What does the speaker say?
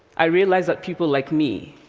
i realized that people like me,